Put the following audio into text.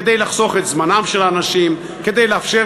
כדי לחסוך את זמנם של האנשים כדי לאפשר